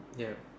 yup